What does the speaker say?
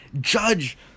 judge